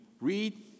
read